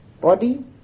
body